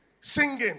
singing